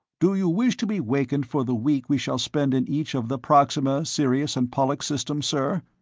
do you wish to be wakened for the week we shall spend in each of the proxima, sirius and pollux systems, sir?